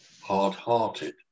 hard-hearted